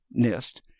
NIST